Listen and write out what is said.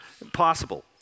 Impossible